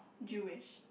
Jewish